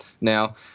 now